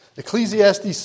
Ecclesiastes